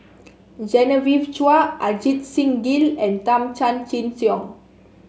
Genevieve Chua Ajit Singh Gill and Tan Chin Siong